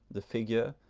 the figure,